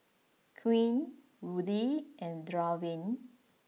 Quinn Ruthie and Draven